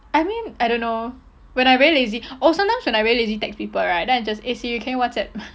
I mean I don't know when I very lazy oh sometimes when I very lazy text people right then I just eh siri can you whatsapp